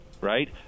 right